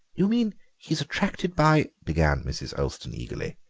you mean he's attracted by began mrs. olston eagerly.